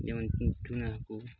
ᱡᱮᱢᱚᱱ ᱪᱩᱱᱟᱹ ᱦᱟᱹᱠᱩ